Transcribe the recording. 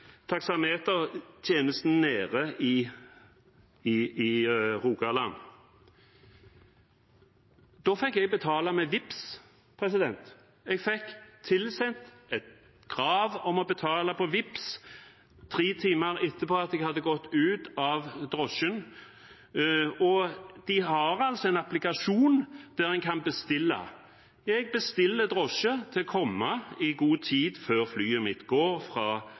nede i Rogaland. Da fikk jeg betale med Vipps. Jeg fikk tilsendt et krav om å betale med Vipps tre timer etter at jeg hadde gått ut av drosjen. Og de har også en applikasjon der man kan bestille. Jeg bestiller en drosje for å komme i god tid før flyet mitt går fra